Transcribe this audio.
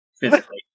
Physically